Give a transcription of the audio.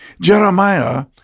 Jeremiah